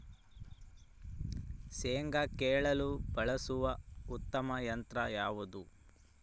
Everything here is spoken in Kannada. ಶೇಂಗಾ ಕೇಳಲು ಬಳಸುವ ಉತ್ತಮ ಯಂತ್ರ ಯಾವುದು?